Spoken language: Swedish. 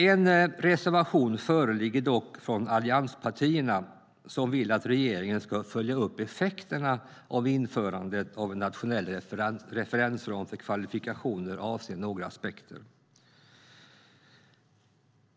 En reservation föreligger dock från allianspartierna, som vill att regeringen ska följa upp effekterna av införandet av en nationell referensram för kvalifikationer avseende några aspekter.